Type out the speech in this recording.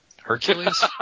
Hercules